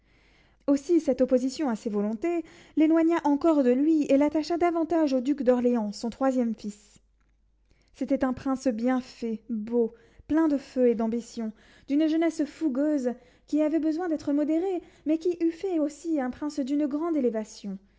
aussi cette opposition à ses volontés l'éloigna encore de lui et l'attacha davantage au duc d'orléans son troisième fils c'était un prince bien fait beau plein de feu et d'ambition d'une jeunesse fougueuse qui avait besoin d'être modéré mais qui eût fait aussi un prince d'une grande élévation